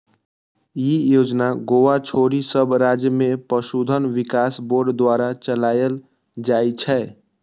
ई योजना गोवा छोड़ि सब राज्य मे पशुधन विकास बोर्ड द्वारा चलाएल जाइ छै